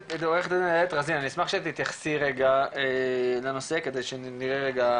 עורכת הדין איילת רזין אני אשמח שתתייחסי רגע לנושא כדי שנראה רגע